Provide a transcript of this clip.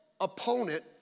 opponent